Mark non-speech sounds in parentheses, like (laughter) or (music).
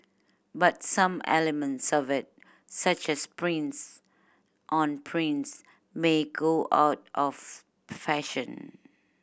but some elements (unintelligible) such as prints on prints may go out of fashion